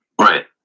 Right